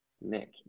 Nick